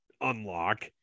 unlock